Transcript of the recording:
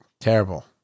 Terrible